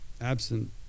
absent